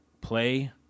play